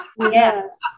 Yes